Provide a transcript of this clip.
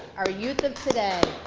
our youth of today.